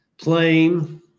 playing